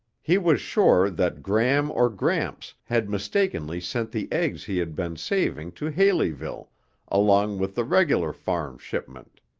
he was sure that gram or gramps had mistakenly sent the eggs he had been saving to haleyville along with the regular farm shipment.